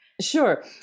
Sure